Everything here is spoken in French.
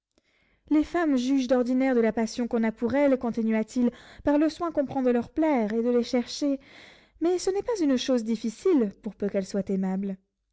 les femmes jugent d'ordinaire de la passion qu'on a pour elles continua-t-il par le soin qu'on prend de leur plaire et de les chercher mais ce n'est pas une chose difficile pour peu qu'elles soient aimables